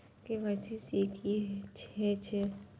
KYC की हे छे?